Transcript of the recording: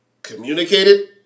Communicated